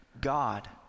God